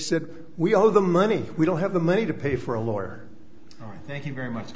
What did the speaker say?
said we owe them money we don't have the money to pay for a lawyer thank you very much